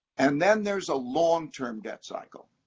and then there's a long-term debt cycle.